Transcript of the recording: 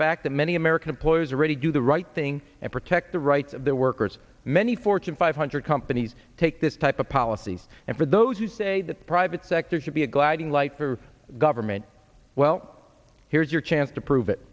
fact that many american employers are ready to do the right thing and protect the rights of the workers many fortune five hundred companies take this type of policies and for those who say the private sector should be a gliding light for government well here's your chance to prove it